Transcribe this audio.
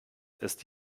ist